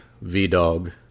V-Dog